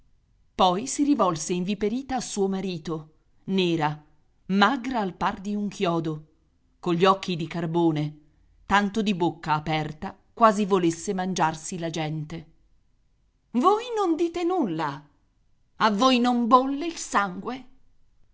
poi si rivolse inviperita a suo marito nera magra al par di un chiodo cogli occhi di carbone tanto di bocca aperta quasi volesse mangiarsi la gente voi non dite nulla a voi non bolle il sangue